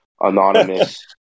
anonymous